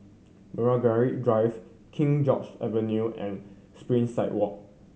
Margaret Drive King George Avenue and Springside Walk